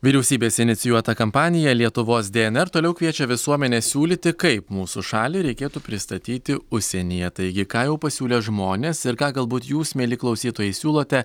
vyriausybės inicijuota kampanija lietuvos dnr toliau kviečia visuomenę siūlyti kaip mūsų šalį reikėtų pristatyti užsienyje taigi ką jau pasiūlė žmonės ir ką galbūt jūs mieli klausytojai siūlote